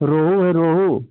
रोहू है रोहू